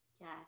Yes